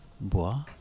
Bois